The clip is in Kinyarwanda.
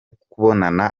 kubonana